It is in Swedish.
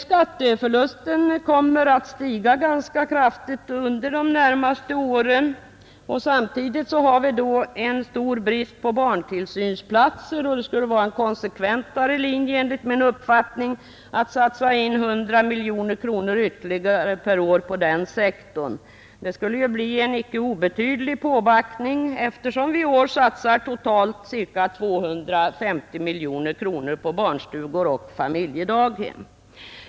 Skatteförlusten kommer att stiga ganska kraftigt under de närmaste åren. Samtidigt har vi då en stor brist på barntillsynsplatser, och det skulle enligt min uppfattning vara en konsekventare linje att satsa 100 miljoner kronor ytterligare per år på den sektorn. Det skulle ju bli en icke obetydlig påbackning, eftersom vi i år satsar totalt ca 250 miljoner kronor på barnstugor och familjedaghem.